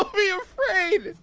ah be afraid!